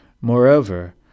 Moreover